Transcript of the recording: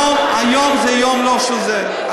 היום זה יום לא של זה.